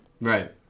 right